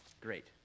Great